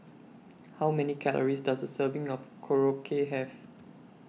How Many Calories Does A Serving of Korokke Have